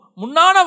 munana